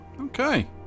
Okay